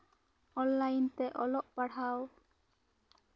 online ᱛᱮ ᱚᱞᱚᱜ ᱯᱟᱲᱦᱟᱣ